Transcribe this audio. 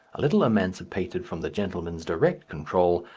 a little emancipated from the gentleman's direct control,